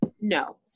No